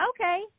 Okay